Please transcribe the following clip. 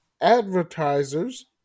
Advertisers